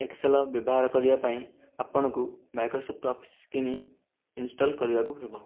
Excel ବ୍ୟବହାର କରିବା ପାଇଁ ଆପଣଙ୍କୁ ମାଇକ୍ରୋସଫ୍ଟ୍ ଅଫିସ କିଣି ଇନଷ୍ଟଲ୍ କରିବାକୁ ହେବ